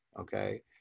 Okay